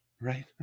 Right